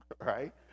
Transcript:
right